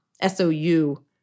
S-O-U